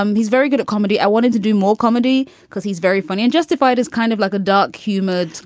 um he's very good at comedy. i wanted to do more comedy because he's very funny and justified is kind of like a dark humor.